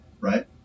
right